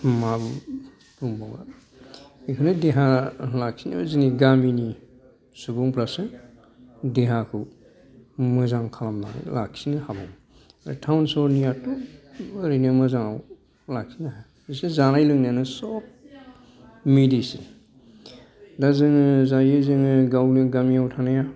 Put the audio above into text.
मा बुंबावनो आरो बिदिनो देहा लाखिनायाव जोंनि गामिनि सुबुंफोरासो देहाखौ मोजां खालामनानै लाखिनो हाबावो टाउन सहरनियाथ' ओरैनो मोजाङाव लाखिनो हाया बिसोर जानाय लोंनायानो सब मेडिसिन दा जोङो जायो जोङो गामियाव थानाया